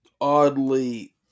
oddly